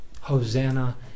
Hosanna